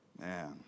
man